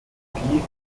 psychologie